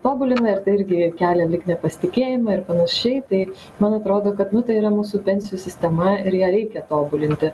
tobulina ir tai irgi kelia lyg nepasitikėjimą ir panašiai tai man atrodo kad nu tai yra mūsų pensijų sistema ir ją reikia tobulinti